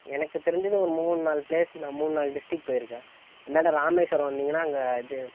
எனக்கு தெரிஞ்சது ஒரு மூணு நாலு பிளேஸ் நான் மூணு நாலு டிஸ்ட்ரிக்ட் போயிருக்கேன் இந்தாண்டை ராமேஸ்வரம் வந்திங்கன்னா அங்கே இது